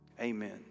Amen